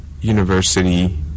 university